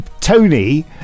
Tony